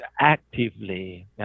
actively